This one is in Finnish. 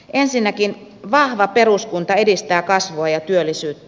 ensinnäkin vahva peruskunta edistää kasvua ja työllisyyttä